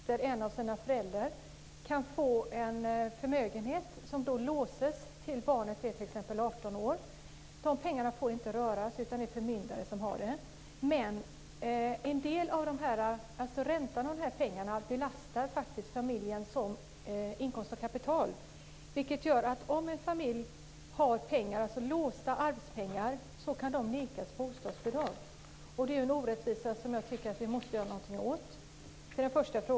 Herr talman! Jag har två frågor om bostadsbidraget. Min första fråga gäller ett barn som mister en av sina föräldrar och som då får en förmögenhet som låses fram till dess att barnet blir t.ex. 18 år. Pengarna får inte röras utan förvaltas av en förmyndare. Räntan på dessa pengar kommer faktiskt att belasta familjen som inkomst av kapital. En familj som har låsta arvspengar kan därigenom komma att förvägras bostadsbidrag, och det är en orättvisa som jag tycker att vi måste göra någonting åt.